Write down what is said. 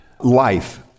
life